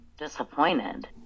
disappointed